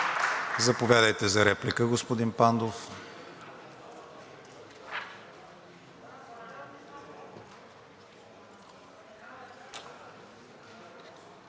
Заповядайте за реплика, господин Летифов.